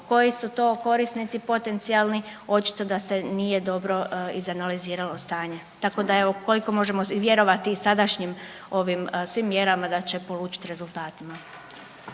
koji su to korisnici potencionalni, očito da se nije dobro izanaliziralo stanje, tako da evo ukoliko možemo vjerovati i sadašnjim ovim svim mjerama da će polučit rezultatima.